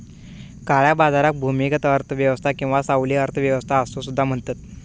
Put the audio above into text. काळ्या बाजाराक भूमिगत अर्थ व्यवस्था किंवा सावली अर्थ व्यवस्था असो सुद्धा म्हणतत